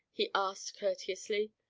he asked courteously.